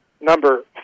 number